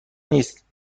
نیست